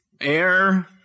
air